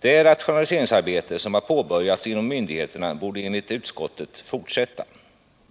Det rationaliseringsarbete som har påbörjats inom myndigheterna borde enligt utskottet fortsätta.